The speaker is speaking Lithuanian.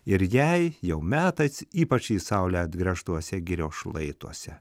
ir jai jau metas ypač į saulę atgręžtuose girios šlaituose